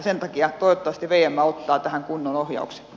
sen takia toivottavasti vm ottaa tähän kunnon ohjauksen